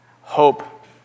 hope